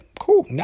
cool